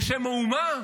בשם האומה,